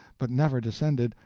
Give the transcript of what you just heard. but never descended,